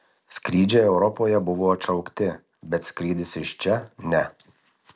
skrydžiai europoje buvo atšaukti bet skrydis iš čia ne